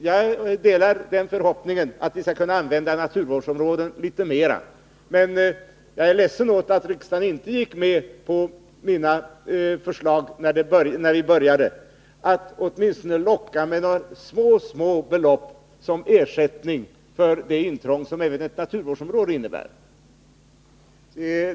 Jag delar förhoppningen att vi skall kunna använda naturvårdsområden litet mer än nu, men jag är ledsen för att inte riksdagen gick med på mina tidigare förslag att man skulle få locka med mycket små belopp som ersättning för intrång — även klassandet av ett område som naturvårdsområde innebär ju intrång.